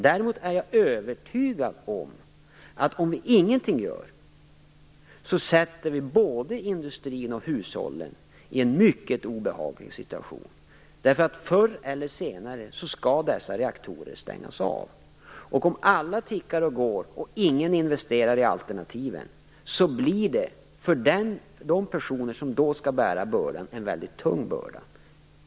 Däremot är det min övertygelse att om vi ingenting gör sätter vi både industrin och hushållen i en mycket obehaglig situation. Förr eller senare skall ju dessa reaktorer stängas av, och om alla tickar och går och ingen investerar i alternativen blir det en väldigt tung börda för de personer som då måste bära den.